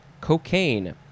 cocaine